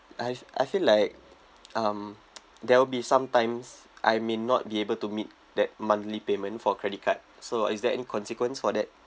I I feel like um there will be some times I may not be able to meet that monthly payment for credit card so is there any consequence for that